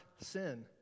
sin